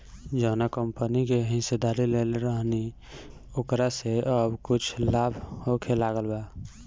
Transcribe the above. जावना कंपनी के हिस्सेदारी लेले रहनी ओकरा से अब कुछ लाभ होखे लागल बा